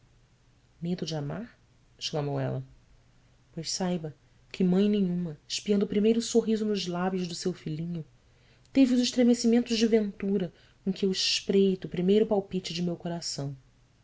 medo de amar exclamou ela ois saiba que mãe nenhuma espiando o primeiro sorriso nos lábios do seu filhinho teve os estremecimentos de ventura com que eu espreito o primeiro palpite de meu coração